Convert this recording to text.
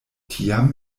tiam